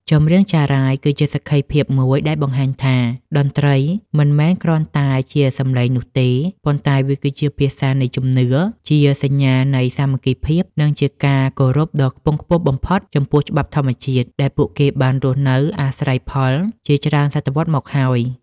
ចម្រៀងចារាយគឺជាសក្ខីភាពមួយដែលបង្ហាញថា តន្ត្រីមិនមែនគ្រាន់តែជាសម្លេងនោះទេ ប៉ុន្តែវាគឺជាភាសានៃជំនឿ ជាសញ្ញាណនៃសាមគ្គីភាព និងជាការគោរពដ៏ខ្ពង់ខ្ពស់បំផុតចំពោះច្បាប់ធម្មជាតិដែលពួកគេបានរស់នៅអាស្រ័យផលជាច្រើនសតវត្សមកហើយ។